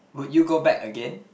would you go back again